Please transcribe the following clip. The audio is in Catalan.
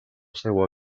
seua